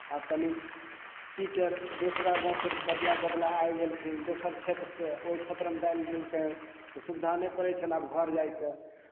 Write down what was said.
आब तनि चीटर दोसरा गाँवसँ बदला बदला आबि गेलखिन दोसर क्षेत्रसँ ओहि क्षेत्रमे डालि देलकनि तऽ सुविधा नहि पड़ै छैन्ह आब घर जायके